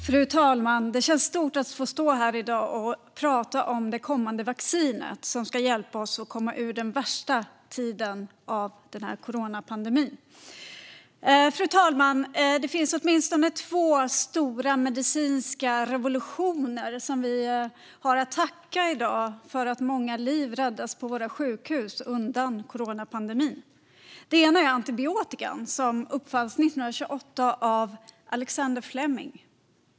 Fru talman! Det känns stort att stå här i dag och tala om det kommande vaccinet, som ska hjälpa oss att komma ur den värsta tiden av coronapandemin. Det finns åtminstone två stora medicinska revolutioner som vi i dag har att tacka för att många liv räddas undan från coronapandemin på våra sjukhus. Den ena är antibiotika som uppfanns 1928 av Alexander Fleming.